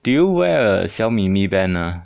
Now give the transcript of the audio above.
do you wear a 小米 mi band lah